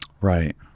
Right